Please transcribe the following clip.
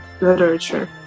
literature